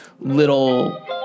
little